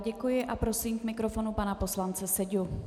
Děkuji a prosím k mikrofonu pana poslance Seďu.